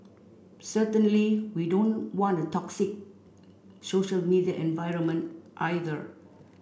certainly we don't want a toxic social media environment either